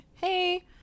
hey